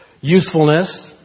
Usefulness